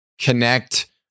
connect